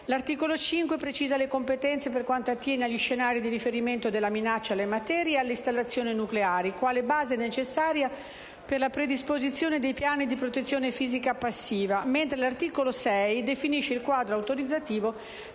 L'articolo 5 precisa le competenze per quanto attiene agli scenari di riferimento della minaccia alle materie e alle installazioni nucleari, quale base necessaria per la predisposizione dei piani di protezione fisica passiva, mentre l'articolo 6 definisce il quadro autorizzativo